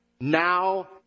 now